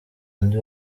undi